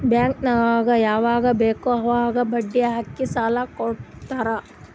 bank ನಮುಗ್ ಯವಾಗ್ ಬೇಕ್ ಅವಾಗ್ ಬಡ್ಡಿ ಹಾಕಿ ಸಾಲ ಕೊಡ್ತುದ್